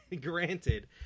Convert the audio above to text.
granted